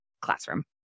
classroom